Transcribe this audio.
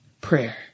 prayer